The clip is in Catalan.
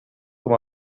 com